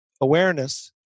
awareness